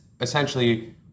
essentially